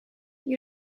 you